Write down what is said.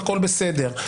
הכול בסדר.